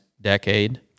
decade